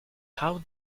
how